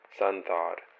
sun-thawed